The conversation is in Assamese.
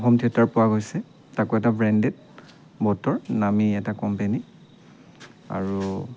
হোম থিয়েটাৰ পোৱা গৈছে তাকো এটা ব্ৰেণ্ডেড ব'টৰ নামী এটা কোম্পেনী আৰু